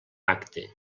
acte